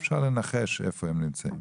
אפשר לנחש איפה הן נמצאות.